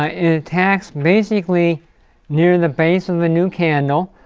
ah it attacks basically near the base of the new candle,